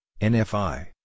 NFI